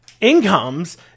incomes